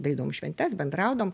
darydavom šventes bendraudavom